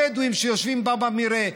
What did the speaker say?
הבדואים שיושבים במרעה?